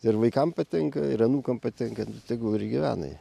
ir vaikam patinka ir anūkam patinka tegul ir gyvena jie